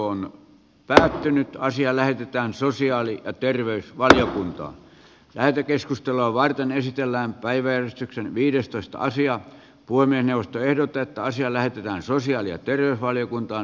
puhemiesneuvosto ehdottaa että asia lähetetään sosiaali ja terveysvaliokunta lähetekeskustelua varten esitellään päiväjärjestyksen viidestoista asiaa puiminen josta ehdotetaan siellä on sosiaali ja terveysvaliokuntaan